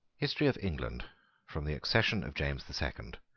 history of england from the accession of james the second